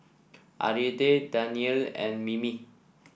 Aida Danielle and Mimi